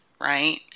right